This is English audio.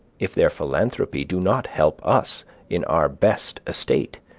if their philanthropy do not help us in our best estate,